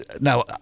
Now